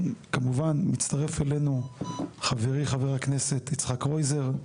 מצטרף אלינו חברי, חבר הכנסת יצחק קרויזר,